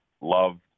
loved